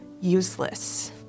useless